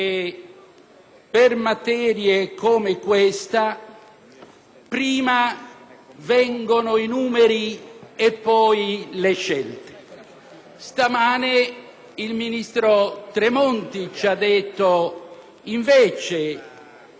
prima vengono i numeri e poi le scelte. Stamane il ministro Tremonti ci ha detto invece, in maniera credo politicamente più intensa,